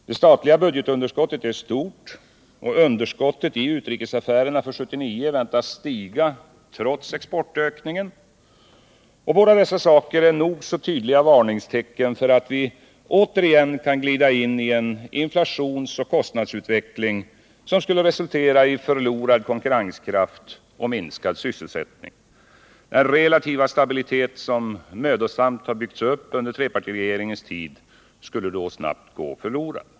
Det statliga budgetunderskottet är stort, och underskottet i utrikesaffärerna för 1979 väntas stiga trots exportökningen — båda dessa saker är nog så tydliga varningstecken för att vi återigen kan glida in i en inflationsoch kostnadsutveckling, som skulle resultera i förlorad konkurrenskraft och minskad sysselsättning. Den relativa stabilitet som mödosamt byggts upp under trepartiregeringens tid skulle då snabbt gå förlorad.